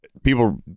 people